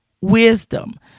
wisdom